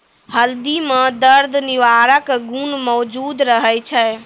हल्दी म दर्द निवारक गुण मौजूद रहै छै